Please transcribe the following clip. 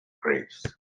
grapes